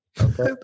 Okay